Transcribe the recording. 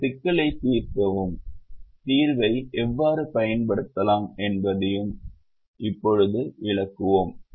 இந்த சிக்கல்களைத் தீர்க்கவும் தீர்வை எவ்வாறு பயன்படுத்தலாம் என்பதையும் இப்போது விளக்குவோம்